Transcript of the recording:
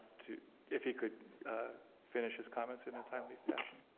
to if he could finish his comments in a timely fashion